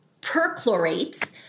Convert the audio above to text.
perchlorates